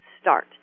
start